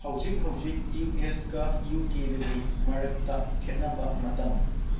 ꯍꯧꯖꯤꯛ ꯍꯧꯖꯤꯛ U S ꯀꯥ ꯏꯌꯨ ꯀꯦꯒꯒꯤ ꯃꯔꯛꯇ ꯈꯦꯠꯅꯕ ꯃꯇꯝ